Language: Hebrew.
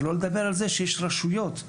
שלא לדבר על זה שיש רשויות,